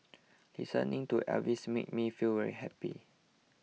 listening to Elvis makes me feel very happy